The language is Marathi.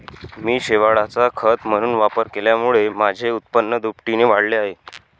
मी शेवाळाचा खत म्हणून वापर केल्यामुळे माझे उत्पन्न दुपटीने वाढले आहे